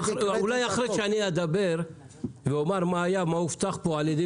אולי אחרי שאני אדבר ואומר מה הובטח פה על ידי